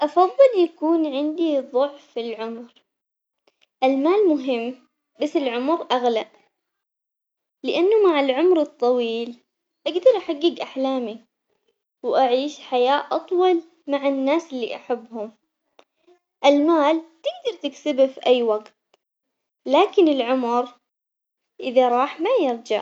أفضل يكون عندي ضعف العمر المال مهم بس العمر أغلى، لأنه مع العمر الطويل أقدر أحقق أحلامي وأعيش حياة أطول مع الناس اللي أحبهم، المال تقدر تكسبه في أي وقت لكن العمر إذا راح ما يرجع.